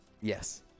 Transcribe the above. yes